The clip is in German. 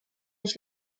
ich